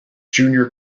junior